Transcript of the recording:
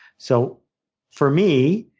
so for me,